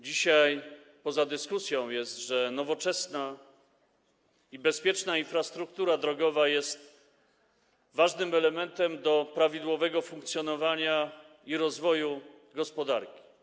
Dzisiaj poza dyskusją jest fakt, że nowoczesna i bezpieczna infrastruktura drogowa jest ważnym elementem prawidłowego funkcjonowania i rozwoju gospodarki.